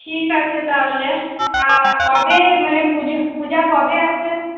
ঠিক আছে তাহলে কবে মানে পুজো পুজো কবে আছে